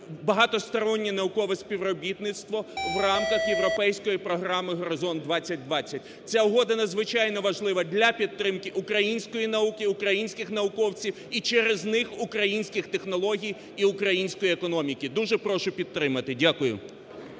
багатостороннє наукове співробітництво в рамках європейської програми "Горизонт 2020". Ця угода надзвичайно важлива для підтримки української науки, українських науковців і через них українських технологій і української економіки. Дуже прошу підтримати. Дякую.